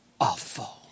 awful